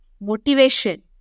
motivation